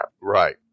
Right